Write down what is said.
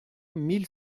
mille